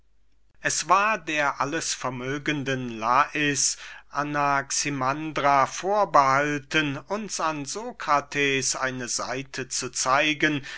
es war der allesvermögenden lais anaximandra vorbehalten uns an sokrates eine seite zu zeigen